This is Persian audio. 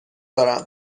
دارم